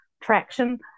traction